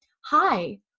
Hi